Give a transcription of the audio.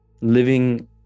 Living